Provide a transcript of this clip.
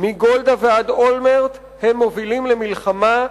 מגולדה ועד אולמרט הם מובילים למלחמה,